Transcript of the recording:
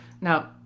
now